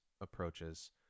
approaches